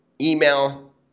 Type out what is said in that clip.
email